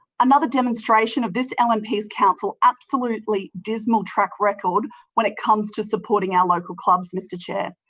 another demonstration of this lnps council's absolutely dismal track record when it comes to supporting our local clubs, mr chair.